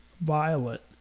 violet